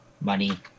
money